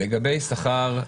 לגבי שכר,